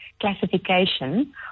classification